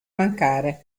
mancare